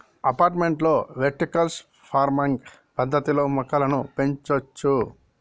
అపార్టుమెంట్లలో vertical farming పద్దతిలో మొక్కలను పెంచొచ్చు